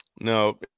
No